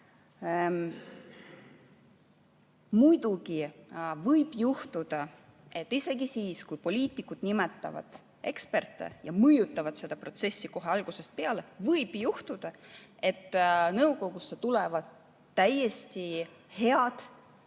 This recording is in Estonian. Muidugi, isegi siis, kui poliitikud nimetavad eksperte ja mõjutavad seda protsessi kohe algusest peale, võib juhtuda, et nõukogusse tulevad täiesti head